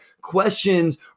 questions